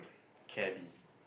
cabby